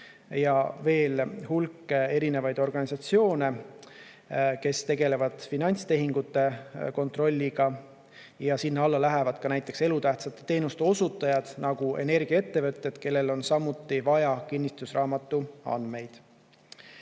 ja veel hulk erinevaid organisatsioone, kes tegelevad finantstehingute kontrolliga, ja sinna alla lähevad ka näiteks elutähtsate teenuste osutajad, nagu energiaettevõtted, kellel on samuti vaja kinnistusraamatu andmeid.